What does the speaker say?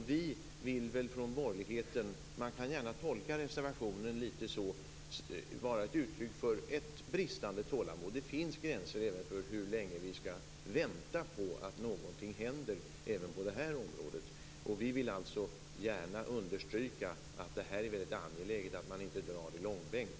Man får gärna tolka den borgerliga reservationen som ett uttryck för ett bristande tålamod. Det finns gränser för hur länge vi skall vänta på att något händer även på detta område. Vi vill gärna understryka att det är angeläget att frågan inte dras i långbänk.